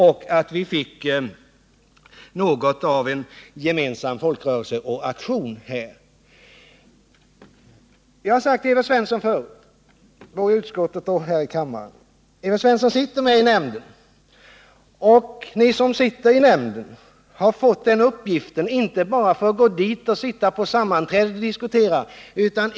Jag har sagt till Evert Svensson förut, både i utskottet och här i kammaren: Evert Svensson sitter i nämnden, och ni som sitter där har fått den uppgiften inte bara för att gå dit på sammanträden och diskutera.